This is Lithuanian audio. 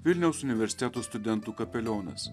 vilniaus universiteto studentų kapelionas